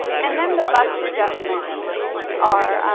and then the bust adjustments are,